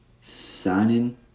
signing